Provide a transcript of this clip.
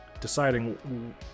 deciding